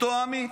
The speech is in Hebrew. אותו עמית.